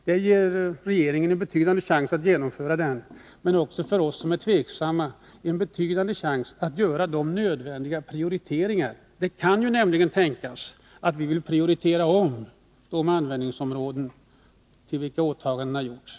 Det ger regeringen en betydande chans att genomföra höjningen, men det ger också oss som är tveksamma en betydande chans att göra de nödvändiga prioriteringarna. Det kan ju nämligen tänkas att vi vill omprioritera de användningsområden på vilka åtagandena gjorts.